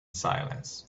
silence